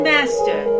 Master